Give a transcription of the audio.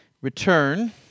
return